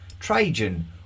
Trajan